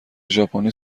ژاپنی